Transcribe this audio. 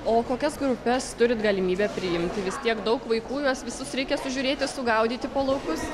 o kokias grupes turit galimybę priimti vis tiek daug vaikų juos visus reikia sužiūrėti sugaudyti po laukus